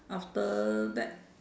after that